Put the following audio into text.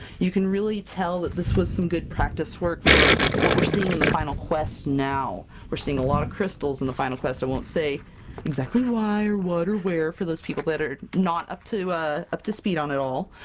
you can really tell that this was some good practice work for what we're seeing in the final quest now we're seeing a lot of crystals in the final quest! i won't say exactly why, or what, or where for those people that are not up to, ah up to speed on it all,